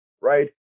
right